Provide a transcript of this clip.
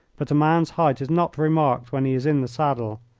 but a man's height is not remarked when he is in the saddle,